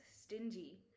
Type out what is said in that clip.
stingy